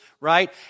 right